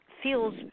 feels